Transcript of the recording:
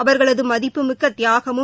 அவர்களதுமதிப்புமிக்கதியாகமும்